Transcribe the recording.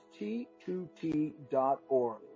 T2T.org